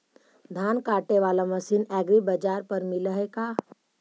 धान काटे बाला मशीन एग्रीबाजार पर मिल है का?